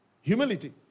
Humility